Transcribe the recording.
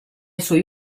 suoi